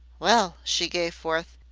well, she gave forth,